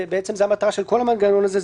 וזאת המטרה של כל המנגנון הזה,